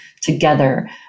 together